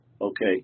okay